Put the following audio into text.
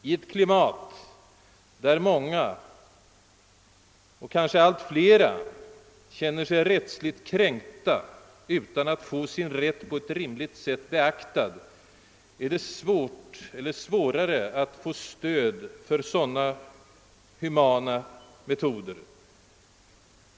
I ett klimat, där många, kanske allt flera, känner sig rättsligt kränkta och anser sig inte få sin rätt beaktad på ett rimligt sätt, är det svårare att få stöd för sådana humanare metoder.